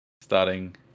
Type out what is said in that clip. starting